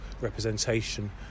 representation